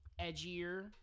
edgier